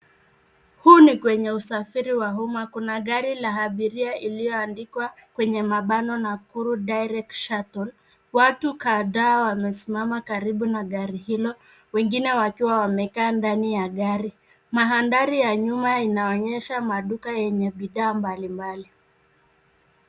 Huu ni kwenye usafiri wa umma. Kuna gari la abiria iliyoandikwa kwenye mabano, Nakuru direct shuttle. Watu kadhaa wamesimama karibu na gari hilo wengine wakiwa wamekaa ndani ya gari. Mandhari ya nyuma inaonyesha maduka yenye bidhaa mbalimbali.